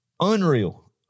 unreal